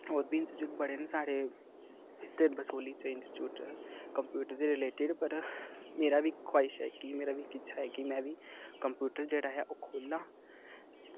होर बी इंय्टीट्यूट बड़े न साढ़े इक बसोह्ली च इंस्टीट्यूट कंप्यूटर दे रिलेटिड पर मेरा बी ख्बाहिश ऐ कि मेरी बी इच्छा ऐ कि में बी कंप्यूटर जेह्ड़ा ऐ ओह् खोल्लां